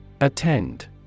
Attend